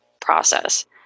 process